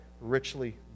richly